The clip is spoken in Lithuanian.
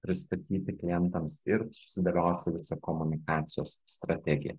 pristatyti klientams ir susidėliosi visą komunikacijos strategiją